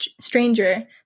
stranger